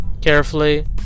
carefully